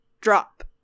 drop